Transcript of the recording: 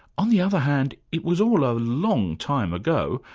on the other hand, it was all a long time ago,